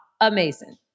Amazing